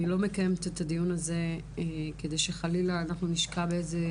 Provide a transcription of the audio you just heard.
אני לא מקיימת את הדיון הזה כדי שחלילה אנחנו נשקע באיזה